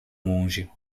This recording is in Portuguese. monge